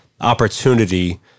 opportunity